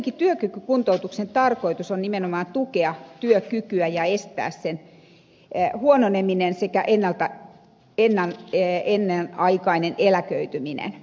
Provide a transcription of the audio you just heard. kuitenkin työkykykuntoutuksen tarkoitus on nimenomaan tukea työkykyä ja estää sen huononeminen sekä ennenaikainen eläköityminen